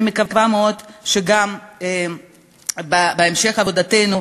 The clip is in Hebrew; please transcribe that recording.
אני מקווה שבהמשך עבודתנו,